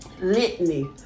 litany